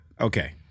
Okay